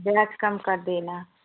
ब्याज कम कर देना